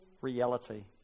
reality